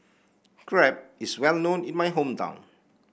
crepe is well known in my hometown